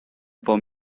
for